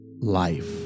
life